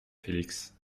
félix